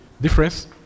Difference